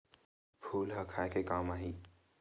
फूल ह खाये के काम आही?